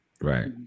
right